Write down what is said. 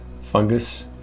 fungus